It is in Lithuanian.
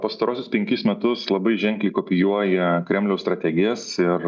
pastaruosius penkis metus labai ženkliai kopijuoja kremliaus strategijas ir